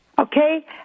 okay